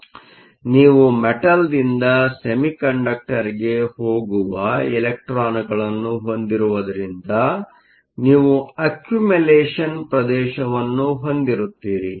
ಆದ್ದರಿಂದ ನೀವು ಮೆಟಲ್ದಿಂದ ಸೆಮಿಕಂಡಕ್ಟರ್ಗೆ ಹೋಗುವ ಇಲೆಕ್ಟ್ರಾನ್ಗಳನ್ನು ಹೊಂದಿರುವುದರಿಂದ ನೀವು ಅಕ್ಯುಮಲೇಷನ್Accumulation ಪ್ರದೇಶವನ್ನು ಹೊಂದಿರುತ್ತೀರಿ